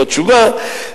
בתשובה,